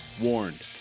warned